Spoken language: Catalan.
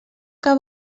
que